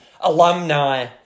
alumni